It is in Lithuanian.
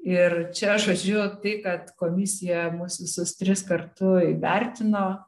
ir čia žodžiu tai kad komisija mus visus tris kartu įvertino